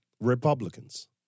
Republicans